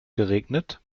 geregnet